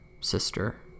sister